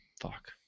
Fuck